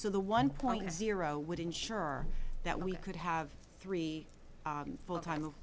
so the one point zero would ensure that we could have three fulltime